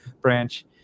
branch